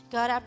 God